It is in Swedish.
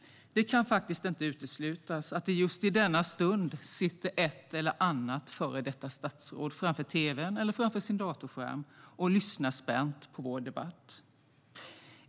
Det kan inte uteslutas att det just i denna stund sitter ett eller annat före detta statsråd framför tv:n eller datorskärmen och lyssnar spänt på vår debatt.